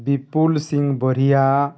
Bipul Singh ବରିିଆ